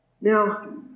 Now